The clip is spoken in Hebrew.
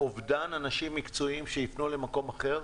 מאובדן אנשים מקצועיים שיפנו למקום אחר,